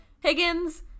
Higgins